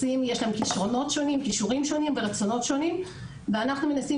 יש להן כישורים ורצונות שונים ואנחנו מנסים